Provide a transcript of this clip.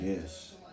Yes